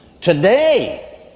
Today